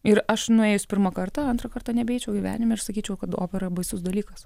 ir aš nuėjus pirmą kartą antrą kartą nebeičiau gyvenime aš sakyčiau kad opera baisus dalykas